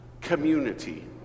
community